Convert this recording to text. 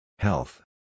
Health